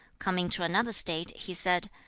coming to another state, he said,